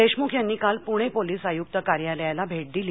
देशमुख यांनी काल पुणे पोलिस आयुक्त कार्यालयाला भेंट दिली